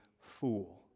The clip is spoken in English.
fool